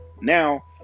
Now